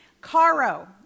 Caro